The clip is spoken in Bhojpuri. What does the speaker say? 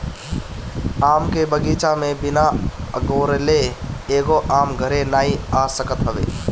आम के बगीचा में बिना अगोरले एगो आम घरे नाइ आ सकत हवे